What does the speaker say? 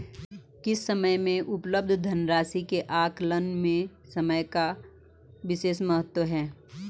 किसी समय में उपलब्ध धन राशि के आकलन में समय का विशेष महत्व है